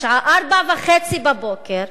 משעה 04:30,